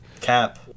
cap